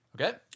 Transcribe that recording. Okay